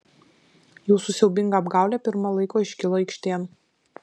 jūsų siaubinga apgaulė pirma laiko iškilo aikštėn